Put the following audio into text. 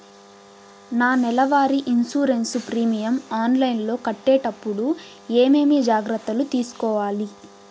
నా నెల వారి ఇన్సూరెన్సు ప్రీమియం ఆన్లైన్లో కట్టేటప్పుడు ఏమేమి జాగ్రత్త లు తీసుకోవాలి?